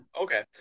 Okay